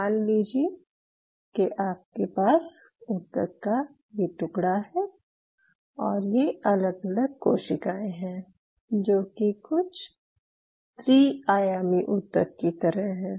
मान लीजिये कि आपके पास ऊतक का ये टुकड़ा है और ये अलग अलग कोशिकाएं हैं जो कि कुछ त्रिआयामी ऊतक की तरह है